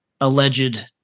alleged